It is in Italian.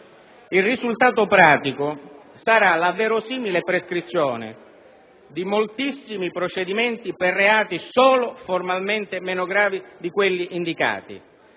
Il risultato pratico sarà la verosimile prescrizione di moltissimi procedimenti per reati solo formalmente meno gravi di quelli indicati.